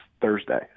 Thursday